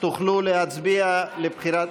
תוכלו להצביע לבחירת,